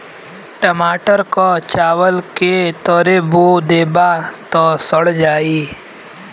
टमाटर क चावल के तरे बो देबा त सड़ जाई